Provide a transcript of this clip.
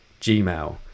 Gmail